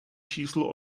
číslu